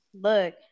look